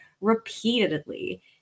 repeatedly